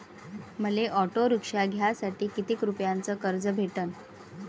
मले auto rickshaw घ्यासाठी कितीक रुपयाच कर्ज भेटनं?